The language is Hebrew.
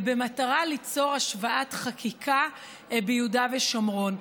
במטרה ליצור השוואת חקיקה ביהודה ושומרון.